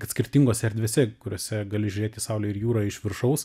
kad skirtingose erdvėse kuriose gali žiūrėt į saulę ir jūrą iš viršaus